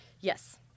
yes